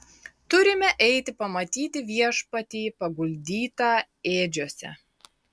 turime eiti pamatyti viešpatį paguldytą ėdžiose